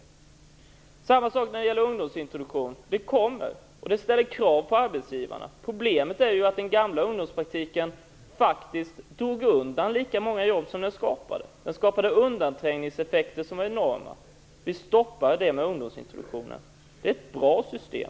Detsamma gäller för ungdomsintroduktionen. Det kommer, och det ställer krav på arbetsgivarna. Problemet var att den gamla ungdomspraktiken faktiskt drog undan lika många jobb som den skapade. Den skapade enorma undanträngningseffekter. Vi stoppade det med ungdomsintroduktionen. Det är ett bra system.